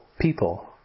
people